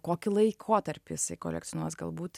kokį laikotarpį jisai kolekcionuos galbūt